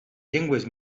llengües